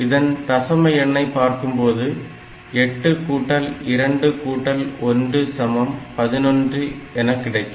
இதன் தசம எண்ணை பார்க்கும்போது 8 கூட்டல் 2 கூட்டல் 1 சமம் 11 எனக் கிடைக்கும்